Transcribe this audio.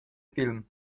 film